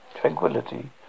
tranquility